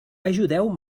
ajudeu